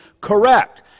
correct